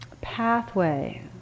pathway